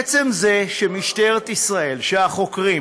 עצם זה שמשטרת ישראל, שהחוקרים,